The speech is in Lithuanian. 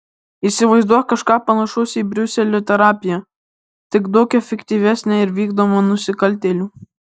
įsivaizduok kažką panašaus į briuselio terapiją tik daug efektyvesnę ir vykdomą nusikaltėlių